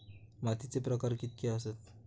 मातीचे प्रकार कितके आसत?